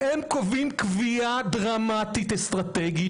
הם קובעים קביעה דרמטית אסטרטגית,